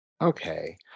Okay